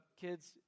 kids